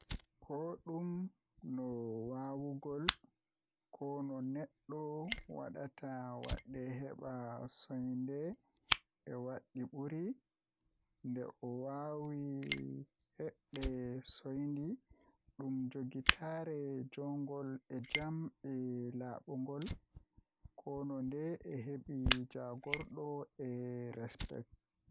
Ko ɗum no waawugol, kono neɗɗo waɗataa waɗde heɓde sooyɗi e waɗal ɓuri. Nde a waawi heɓde sooyɗi, ɗuum njogitaa goongɗi e jam e laaɓugol. Kono nde a heɓi njogordu e respect.